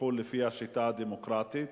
הלכו לפי השיטה הדמוקרטית